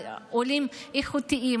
אלו עולים איכותיים,